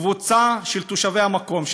קבוצה של תושבי המקום,